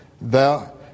thou